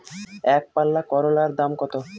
একপাল্লা করলার দাম কত?